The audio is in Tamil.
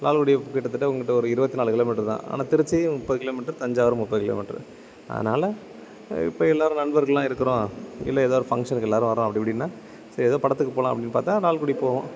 லால்குடி கிட்டத்தட்ட இங்குட்டு ஒரு இருபத்தி நாலு கிலோமீட்ரு தான் ஆனால் திருச்சியும் முப்பது கிலோமீட்ரு தஞ்சாவூர் முப்பது கிலோமீட்ரு அதனால் இப்போ எல்லோரும் நண்பர்கள்லாம் இருக்கிறோம் இல்லை ஏதோ ஒரு ஃபங்க்ஷனுக்கு எல்லோரும் வர்றோம் அப்படி இப்படின்னா சரி எதோ படத்துக்கு போகலாம் அப்டின்னு பார்த்தா லால்குடி போவோம்